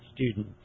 student